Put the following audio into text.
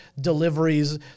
deliveries